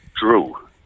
Drew